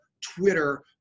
Twitter